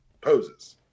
poses